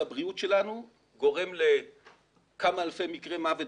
הבריאות שלנו וגורם לכמה אלפי מקרי מוות,